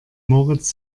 moritz